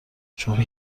شوخی